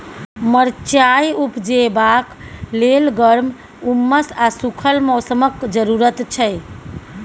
मरचाइ उपजेबाक लेल गर्म, उम्मस आ सुखल मौसमक जरुरत छै